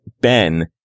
Ben